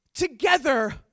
Together